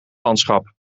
landschap